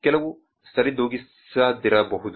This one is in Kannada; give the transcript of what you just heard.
ಕೆಲವು ಸರಿದೂಗಿಸದಿರಬಹುದು